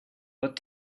but